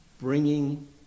bringing